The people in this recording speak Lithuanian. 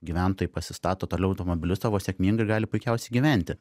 gyventojai pasistato toliau automobilius savo sėkmingai gali puikiausiai gyventi